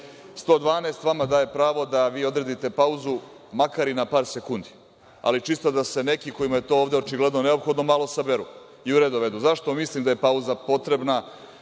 112. vama daje pravo da vi odredite pauzu makar i na par sekundi, ali čisto da se neki kojima je to ovde očigledno neophodno malo saberu i u red dovedu. Zašto mislim da je pauza potrebna?